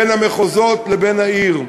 בין המחוזות לבין העיר.